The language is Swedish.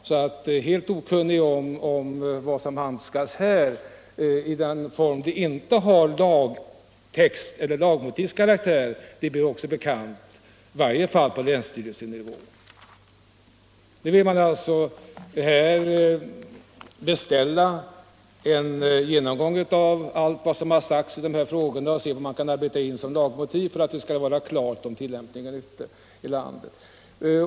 Sålunda blir även riktlinjer som inte har form av lagtext eller är av lagmotivskaraktär bekanta i varje fall på länsstyrelsenivå. Reservanterna vill alltså beställa en genomgång av allt som har uttalats i dessa frågor och se vad man kan arbeta in som lagmotiv i syfte att få en klarare tillämpning ute i landet.